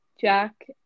Jack